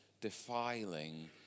defiling